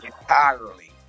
Entirely